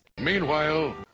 Meanwhile